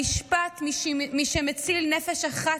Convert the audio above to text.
המשפט "מי שמציל נפש אחת,